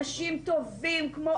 אנשים טובים כמו אלן.